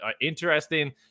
interesting